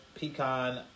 pecan